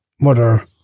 mother